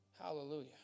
Hallelujah